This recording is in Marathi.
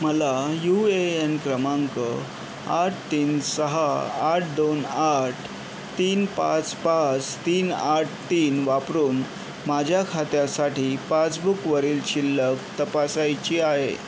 मला यू ए एन क्रमांक आठ तीन सहा आठ दोन आठ तीन पाच पाच तीन आठ तीन वापरून माझ्या खात्यासाठी पासबुकवरील शिल्लक तपासायची आहे